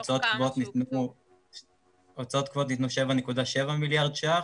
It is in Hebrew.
הוצאות קבועות ניתנו 7.7 מיליארד ₪,